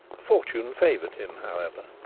fortune favoured him, however.